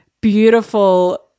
beautiful